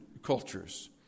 Cultures